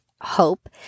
hope